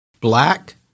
Black